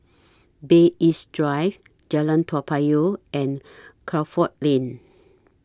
Bay East Drive Jalan Toa Payoh and Crawford Lane